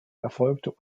erfolgt